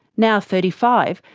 now thirty five,